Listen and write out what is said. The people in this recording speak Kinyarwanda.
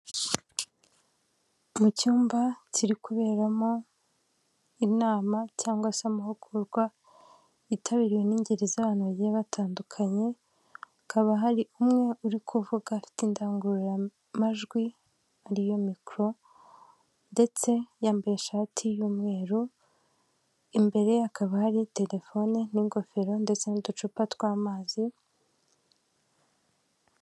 Mu cyumba kiri kuberamo inama cyangwa se amahugurwa yitabiriwe n'ingeri z'abantu bagiye batandukanye, hakaba hari umwe uri kuvuga afite indangururamajwi ariyo micro ndetse yambaye ishati y'umweru, imbere akaba hari telefone n'ingofero ndetse n'uducupa tw'amazi,..